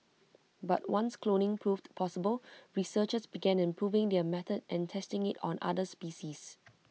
but once cloning proved possible researchers began improving their method and testing IT on other species